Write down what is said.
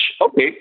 okay